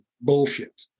bullshit